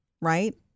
right